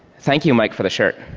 thank you, mike, for the shirt.